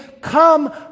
come